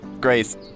grace